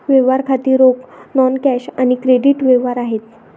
व्यवहार खाती रोख, नॉन कॅश आणि क्रेडिट व्यवहार आहेत